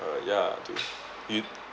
eh ya to you